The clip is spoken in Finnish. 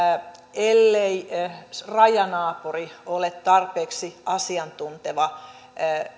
ellei rajanaapuri ole tarpeeksi asiantunteva